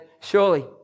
surely